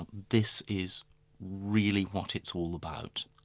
but this is really what it's all about.